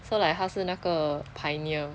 so like 他是那个 pioneer